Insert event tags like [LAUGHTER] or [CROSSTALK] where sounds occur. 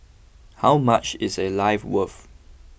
[NOISE] how much is a life worth